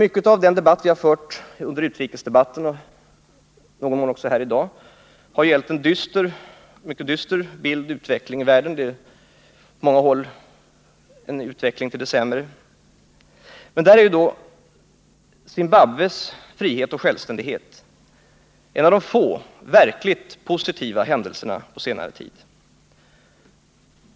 Mycket av den diskussion vi har fört under utrikesdebatten och i någon mån också här i dag har gett en mycket dyster bild av utvecklingen i världen — på många håll en utveckling till det sämre. Men Zimbabwes frihet och självständighet är en av de få verkligt positiva händelserna på senare tid.